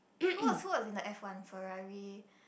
who was who was in the F one Ferrari